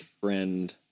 friend